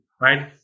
right